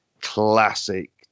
classic